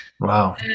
Wow